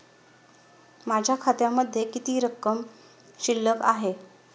माझ्या खात्यामध्ये किती रक्कम शिल्लक आहे?